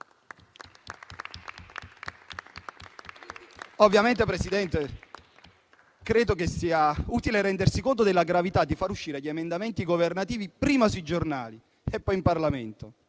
Ovviamente, Presidente, credo sia utile rendersi conto della gravità di far uscire gli emendamenti governativi prima sui giornali e poi in Parlamento,